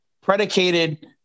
predicated